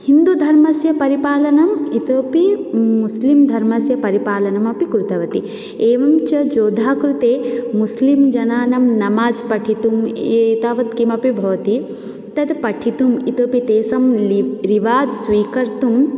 हिन्दूधर्मस्य परिपालनम् इतोऽपि मुस्लिम् धर्मस्य परिपालनम् अपि कृतवती एवञ्च जोधा कृते मुस्लिम् जनानां नमाज् पठितुम् एतावत् किमपि भवति तद् पठितुम् इतोपि तेषां लि रिवाज् स्वीकर्तुम्